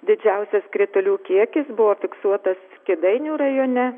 didžiausias kritulių kiekis buvo fiksuotas kėdainių rajone